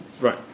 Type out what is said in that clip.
Right